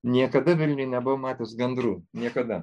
niekada vilniuj nebuvau matęs gandrų niekada